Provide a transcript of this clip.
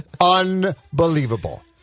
Unbelievable